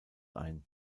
ein